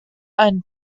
einen